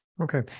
Okay